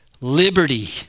liberty